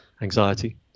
anxiety